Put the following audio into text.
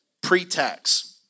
pre-tax